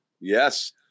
Yes